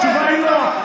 התשובה היא לא.